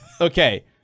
Okay